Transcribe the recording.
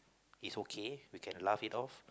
is okay we can laugh it off